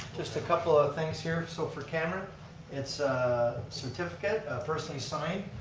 just a couple of things here. so for cameron it's a certificate personally signed,